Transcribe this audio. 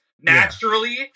naturally